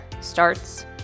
starts